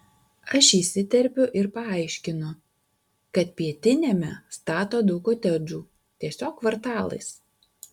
aš įsiterpiu ir paaiškinu kad pietiniame stato daug kotedžų tiesiog kvartalais